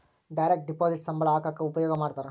direct deposit ಸಂಬಳ ಹಾಕಕ ಉಪಯೋಗ ಮಾಡ್ತಾರ